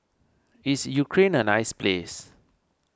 is Ukraine a nice place